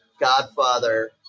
godfather